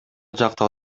жакта